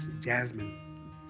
Jasmine